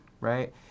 right